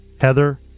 Heather